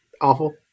awful